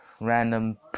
random